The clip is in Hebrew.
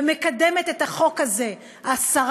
ומקדמת את החוק הזה השרה,